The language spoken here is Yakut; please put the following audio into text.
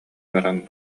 баран